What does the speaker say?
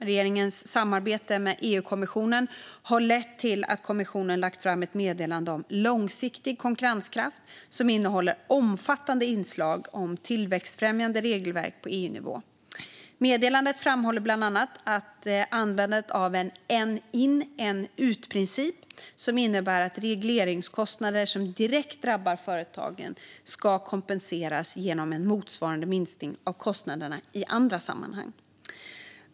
Regeringens samarbete med EU-kommissionen har lett till att kommissionen lagt fram ett meddelande om långsiktig konkurrenskraft, som innehåller omfattande inslag om tillväxtfrämjande regelverk på EU-nivå. Meddelandet framhåller bland annat användande av principen en in, en ut, som innebär att regleringskostnader som direkt drabbar företagen ska kompenseras genom en motsvarande minskning av kostnaderna i andra sammanhang.